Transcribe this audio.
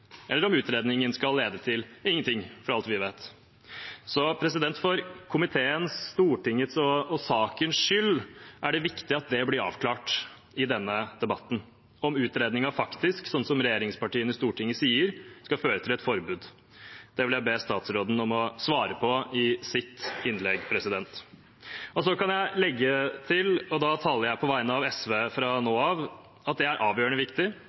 eller om utredningen skal lede til ingenting, for alt vi vet. Så for komiteens, Stortingets og sakens skyld er det viktig at det blir avklart i denne debatten om utredningen faktisk, som regjeringspartiene i Stortinget sier, skal føre til et forbud. Det vil jeg be statsråden om å svare på i sitt innlegg. Så kan jeg legge til – og da taler jeg på vegne av SV fra nå av – at det er avgjørende viktig.